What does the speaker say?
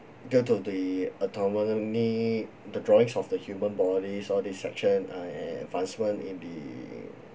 due to the anatomy the drawings of the human bodies all these sections uh and advancement in the